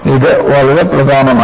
ഇത് വളരെ പ്രധാനമാണ്